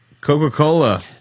Coca-Cola